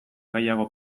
gehiago